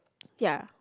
ya